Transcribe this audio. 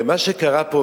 הרי מה שקרה פה,